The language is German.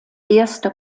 erster